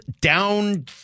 down